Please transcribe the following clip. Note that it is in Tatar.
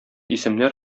исемнәр